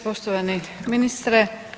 Poštovani ministre.